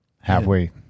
Halfway